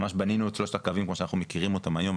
ממש בנינו את שלושת הקווים כמו שאנחנו מכירים אותם היום,